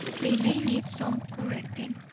they may need some correcting.